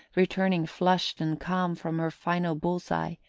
returning flushed and calm from her final bull's-eye,